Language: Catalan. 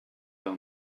del